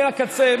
מהקצה,